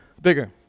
bigger